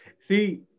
See